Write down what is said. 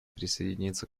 присоединиться